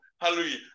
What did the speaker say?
Hallelujah